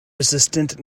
resistant